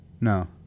No